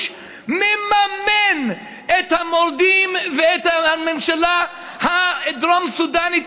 מממן את המורדים ואת הממשלה הדרום-סודאנית.